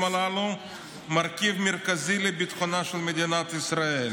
הללו מרכיב מרכזי לביטחונה של מדינת ישראל.